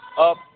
up